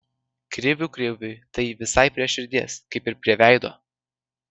krivių kriviui tai visai prie širdies kaip ir prie veido